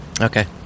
Okay